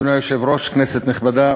אדוני היושב-ראש, כנסת נכבדה,